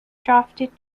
drafted